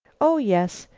oh! yes.